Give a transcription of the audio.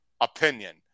opinion